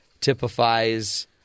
typifies